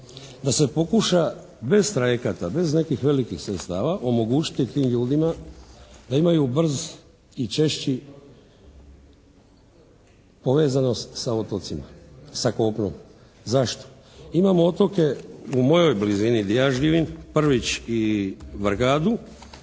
da se pokuša bez trajekata, bez nekih velikih sredstava omogućiti tim ljudima da imaju brz i češći povezanost sa otocima, da kopnom. Zašto? Imamo otoke u mojoj blizini gdje ja živim Prvić i Vrgadu